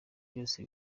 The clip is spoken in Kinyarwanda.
byose